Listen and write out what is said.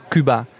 Cuba